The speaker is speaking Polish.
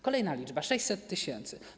Kolejna liczba: 600 tys.